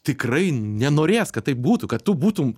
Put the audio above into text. tikrai nenorės kad taip būtų kad tu būtum